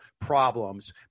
problems